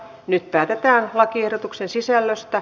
nyt päätetään lakiehdotuksen sisällöstä